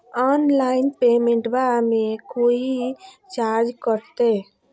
Online पेमेंटबां मे कोइ चार्ज कटते?